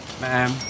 Ma'am